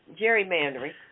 gerrymandering